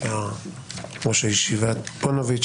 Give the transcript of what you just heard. ראש ישיבת פוניבז',